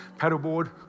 Paddleboard